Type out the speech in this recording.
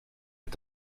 est